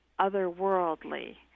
otherworldly